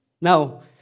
Now